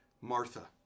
Martha